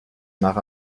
nach